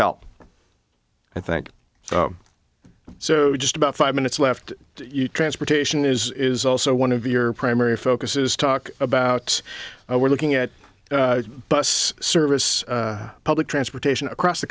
help i think so just about five minutes left you transportation is also one of your primary focus is talk about oh we're looking at bus service public transportation across the